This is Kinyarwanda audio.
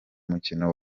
mukino